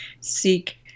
seek